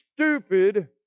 stupid